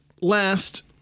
last